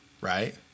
right